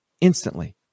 instantly